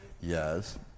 Yes